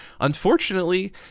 unfortunately